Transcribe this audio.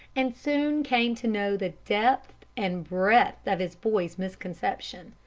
and soon came to know the depth and breadth of his boy's misconception.